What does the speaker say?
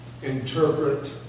interpret